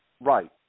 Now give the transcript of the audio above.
Right